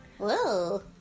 Whoa